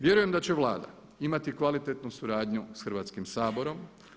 Vjerujem da će Vlada imati kvalitetnu suradnju s Hrvatskim saborom.